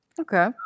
Okay